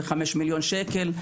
זה 5 מיליון שקל,